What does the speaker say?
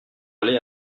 aller